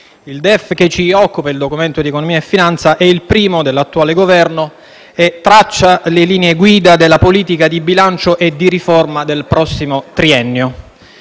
del Governo, il Documento di economia e finanza che ci occupa è il primo dell'attuale Governo e traccia le linee guida della politica di bilancio e di riforma del prossimo triennio.